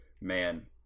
man